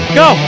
go